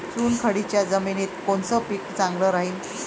चुनखडीच्या जमिनीत कोनचं पीक चांगलं राहीन?